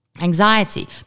Anxiety